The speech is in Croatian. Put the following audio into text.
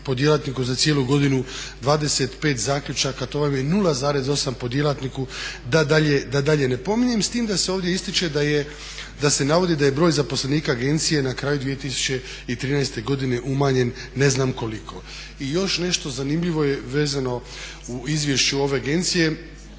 za cijelu godinu. 25 zaključaka to vam je 0,8 po djelatniku da dalje ne pominjem, s tim da se ovdje ističe da se navodi da je broj zaposlenika agencije na kraju 2013. godine umanjen ne znam koliko. I još nešto zanimljivo je vezano u izvješću ove agencije.